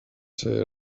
ser